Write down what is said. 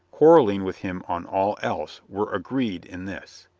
quarreling with him on all else, were agreed in this.